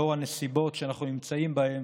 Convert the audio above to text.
לאור הנסיבות שאנחנו נמצאים בהן,